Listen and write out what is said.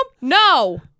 No